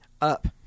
up